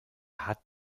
hat